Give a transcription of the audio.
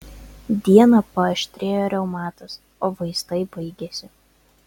dieną paaštrėjo reumatas o vaistai baigėsi